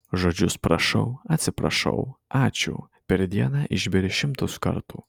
žodžius prašau atsiprašau ačiū per dieną išberi šimtus kartų